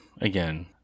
again